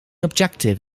objective